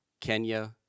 Kenya